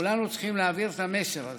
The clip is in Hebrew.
כולנו צריכים להעביר את המסר הזה.